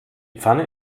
pfanne